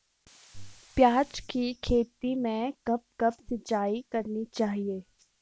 प्याज़ की खेती में कब कब सिंचाई करनी चाहिये?